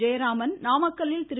ஜெயராமன் நாமக்கல்லில் திரு